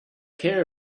care